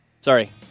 sorry